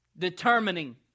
Determining